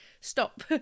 stop